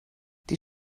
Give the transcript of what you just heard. die